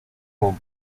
con